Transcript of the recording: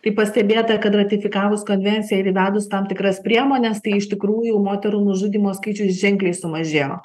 tai pastebėta kad ratifikavus konvenciją ir įvedus tam tikras priemones tai iš tikrųjų moterų nužudymo skaičius ženkliai sumažėjo